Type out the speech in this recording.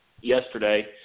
yesterday